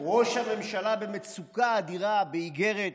ראש הממשלה במצוקה אדירה באיגרת